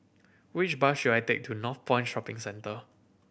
which bus should I take to Northpoint Shopping Centre